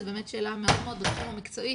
זו באמת שאלה מהתחום המקצועי,